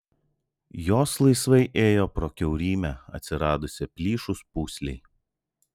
jos laisvai ėjo pro kiaurymę atsiradusią plyšus pūslei